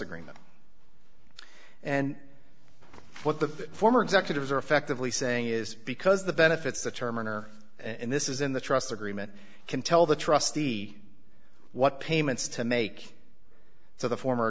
agreement and what the former executives are effectively saying is because the benefits the term honor and this is in the trust agreement can tell the trustee what payments to make to the former